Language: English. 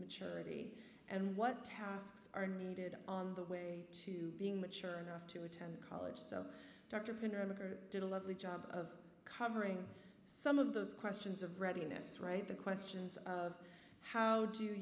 maturity and what tasks are needed on the way to being mature enough to attend college so dr printer editor did a lovely job of covering some of those questions of readiness right the questions of how do you